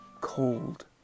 cold